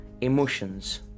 emotions